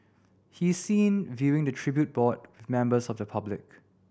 he is seen viewing the tribute board with members of the public